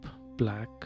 black